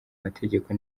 mategeko